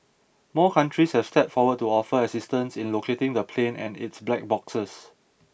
more countries have stepped forward to offer assistance in locating the plane and its black boxes